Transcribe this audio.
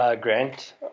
Grant